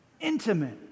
intimate